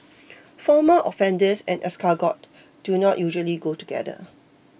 former offenders and escargot do not usually go together